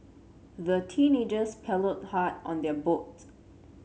the teenagers paddled hard on their boat